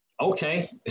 okay